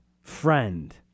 friend